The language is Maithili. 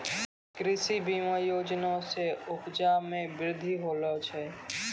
कृषि बीमा योजना से उपजा मे बृद्धि होलो छै